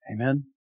Amen